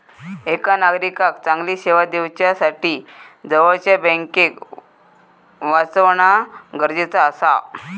एका नागरिकाक चांगली सेवा दिवच्यासाठी जवळच्या बँकेक वाचवणा गरजेचा आसा